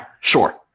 sure